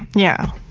yeah.